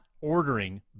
ordering